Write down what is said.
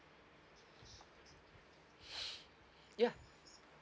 ya